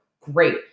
great